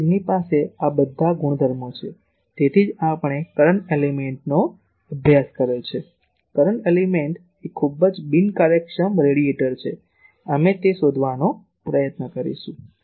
અને તેમની પાસે આ બધી ગુણધર્મો છે તેથી જ આપણે કરંટ એલીમેન્ટનો અભ્યાસ કર્યો છે કરંટ એલીમેન્ટ એ ખૂબ જ બિનકાર્યક્ષમ રેડિએટર છે અમે તે શોધવાનો પ્રયત્ન કરીશું